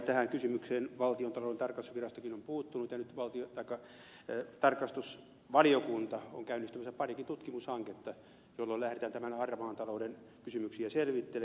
tähän kysymykseen valtiontalouden tarkastusvirastokin on puuttunut ja nyt tarkastusvaliokunta on käynnistämässä parikin tutkimushanketta joilla lähdetään tämän harmaan talouden kysymyksiä selvittelemään